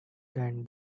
than